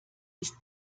ist